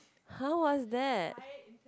!huh! what's that